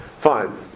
Fine